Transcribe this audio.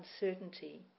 uncertainty